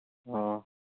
ꯑ